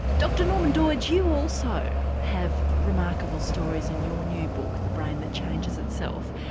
dr norman doidge you also have remarkable stories in your new book the brain that changes itself.